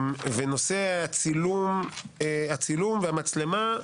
ונושא הצילום והמצלמה,